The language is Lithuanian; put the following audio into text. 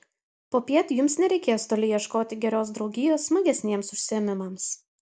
popiet jums nereikės toli ieškoti geros draugijos smagesniems užsiėmimams